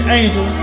angel